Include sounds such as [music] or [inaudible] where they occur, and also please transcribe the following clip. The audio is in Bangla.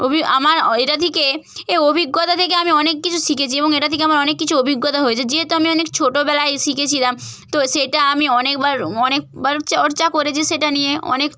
অভি [unintelligible] আমার এটা থেকে এ অভিজ্ঞতা থেকে আমি অনেক কিছু শিখেছি এবং এটা থেকে আমার অনেক কিছু অভিজ্ঞতা হয়েছে যেহেতু্ আমি অনেক ছোটবেলায় শিখেছিলাম তো সেটা আমি অনেকবার অনেকবার হচ্ছে চর্চা করেছি সেটা নিয়ে অনেক